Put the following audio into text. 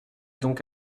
donc